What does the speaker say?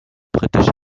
britisch